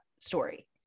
story